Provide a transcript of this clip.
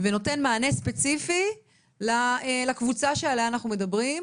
ונותן מענה ספציפי לקבוצה שעלייה אנחנו מדברים,